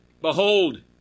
Behold